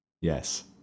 Yes